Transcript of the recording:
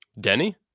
denny